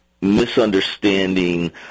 misunderstanding